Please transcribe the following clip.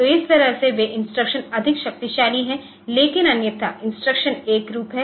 तो इस तरह से वे इंस्ट्रक्शन अधिक शक्तिशाली हैं लेकिन अन्यथा इंस्ट्रक्शनएक रूप हैं